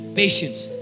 patience